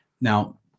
Now